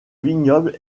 vignoble